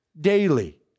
daily